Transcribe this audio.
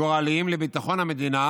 גורליים לביטחון המדינה,